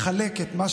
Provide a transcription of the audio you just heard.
נחזיר את הכול לקופה,